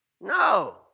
No